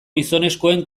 gizonezkoen